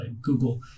Google